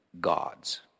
God's